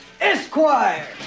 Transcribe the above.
Esquire